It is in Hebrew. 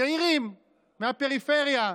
צעירים מהפריפריה,